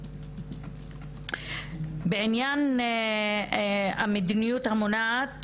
בעניין המדיניות המונעת,